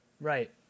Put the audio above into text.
Right